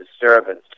disturbance